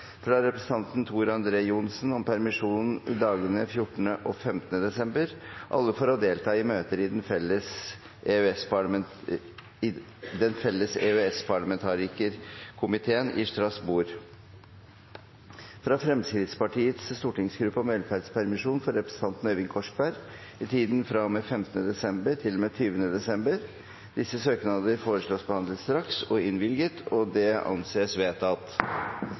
fra representanten Tor André Johnsen om permisjon i dagene 14. og 15. desember – alle for å delta i møter i Den felles EØS-parlamentarikerkomiteen i Strasbourg fra Fremskrittspartiets stortingsgruppe om velferdspermisjon for representanten Øyvind Korsberg i tiden fra og med 15. desember til og med 20. desember Disse søknader foreslås behandlet straks og innvilget. – Det anses vedtatt.